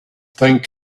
think